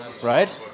Right